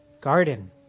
garden